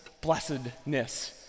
blessedness